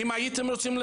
רוצים לחזק.